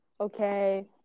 okay